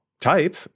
type